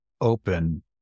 open